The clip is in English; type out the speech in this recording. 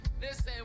listen